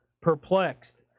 Perplexed